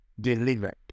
Delivered